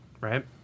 Right